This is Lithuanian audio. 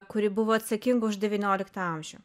kuri buvo atsakinga už devynioliktą amžių